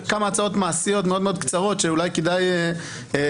החומות, כי הרי לא כולם מגיעים לפרקליטות.